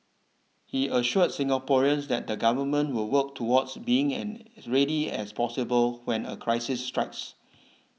he assured Singaporeans that the government will work towards being and as ready as possible when a crisis strikes